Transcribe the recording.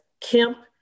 Kemp